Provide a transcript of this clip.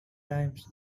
times